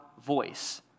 voice